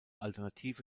alternative